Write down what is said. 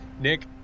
Nick